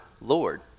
Lord